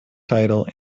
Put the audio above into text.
title